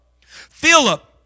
Philip